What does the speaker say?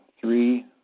three